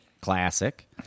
classic